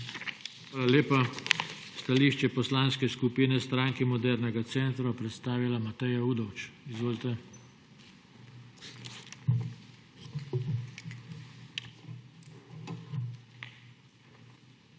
lepa. Stališče Poslanske skupine Stranke modernega centra bo predstavila Mateja Udovč. Izvolite.